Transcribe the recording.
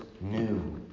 new